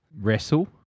wrestle